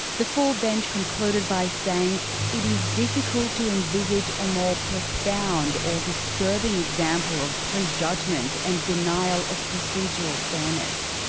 the full bench concluded by saying it is difficult to envisage a more profound or disturbing example of pre judgement and denial of procedural fairness.